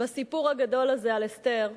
בסיפור הגדול הזה על אסתר,